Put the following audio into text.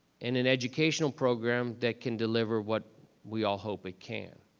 and an educational program that can deliver what we all hope it can.